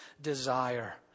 desire